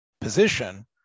position